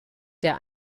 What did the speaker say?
der